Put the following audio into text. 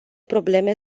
probleme